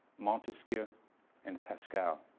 montesquieu and pascal,